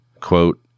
quote